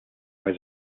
was